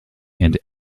and